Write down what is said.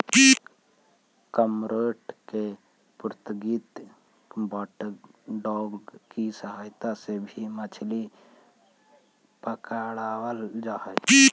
cormorant और Portuguese water dog की सहायता से भी मछली पकड़रल जा हई